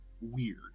weird